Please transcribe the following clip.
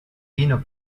vino